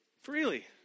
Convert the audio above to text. freely